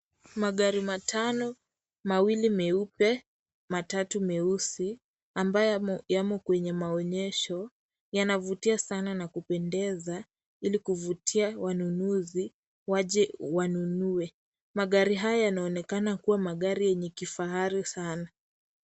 Magari matano, mawili meupe, matatu meusi ambayo yamo kwenye maonyesho yanavutia sana na kupendeza ili kuvutia wanunuzi waje wanunue. Magari haya yanaonekana kuwa magari yenye kifahari sana.